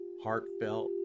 heartfelt